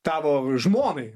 tavo žmonai